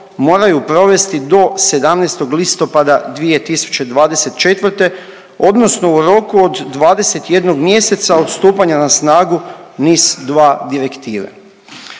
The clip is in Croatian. moraju provesti do 17. listopada 2024. odnosno u roku od 21 mjeseca od stupanja na snagu NIS-2 direktive.